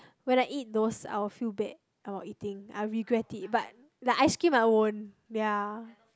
when I eat those I will feel bad about eating I regret it but like ice cream I won't ya